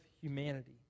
humanity